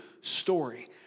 story